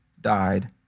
died